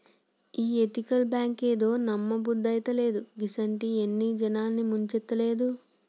ఈ ఎతికల్ బాంకేందో, నమ్మబుద్దైతలేదు, గిసుంటియి ఎన్ని జనాల్ని ముంచలేదు